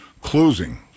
closing